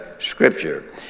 Scripture